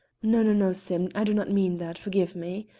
no, no, no, sim i do not mean that, forgive me.